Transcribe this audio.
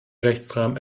rechtsrahmen